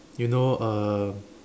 you know um